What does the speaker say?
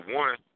one